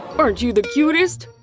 aren't you the cutest!